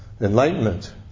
enlightenment